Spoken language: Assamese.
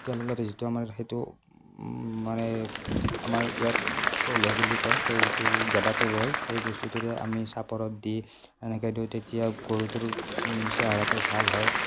তেল উলিয়াওঁতে যিটো আমাৰ সেইটো মানে এই আমাৰ ইয়াত শৈলি বুলি কয় সেই যিটো গেদাটো ৰয় সেই বস্তুটোৰে আমি চাপৰত দি এনেকৈ দিওঁ তেতিয়া গৰুটোৰ চেহেৰাটো ভাল হয়